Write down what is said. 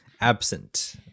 absent